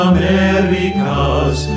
Americas